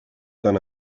tant